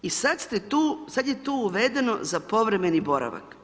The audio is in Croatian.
I sad je tu uvedeno za povremeni boravak.